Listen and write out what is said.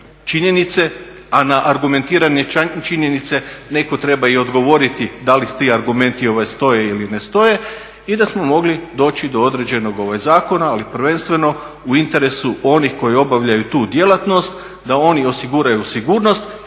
činjenice a na argumentirane činjenice neko treba i odgovoriti da li ti argumenti stoje ili ne stoje i da smo mogli doći do određenog zakona ali prvenstveno u interesu onih koji obavljaju tu djelatnosti da oni osiguraju sigurnost